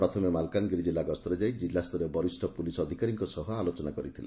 ପ୍ରଥମେ ମାଲକାନଗିରି ଜିଲ୍ଲା ଗ ଯାଇ ଜିଲ୍ଲାସ୍ତରୀୟ ବରିଷ୍ ପୁଲିସ୍ ଅଧିକାରୀଙ୍କ ସହ ଆଲୋଚନା କରିଛନ୍ତି